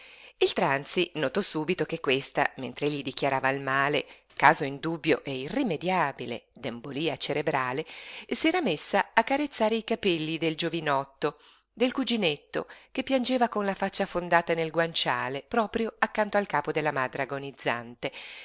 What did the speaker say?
il tranzi notò subito che questa mentr'egli dichiarava il male caso indubbio e irrimediabile d'embolia cerebrale s'era messa a carezzare i capelli del giovinotto del cuginetto che piangeva con la faccia affondata nel guanciale proprio accanto al capo della madre agonizzante